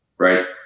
Right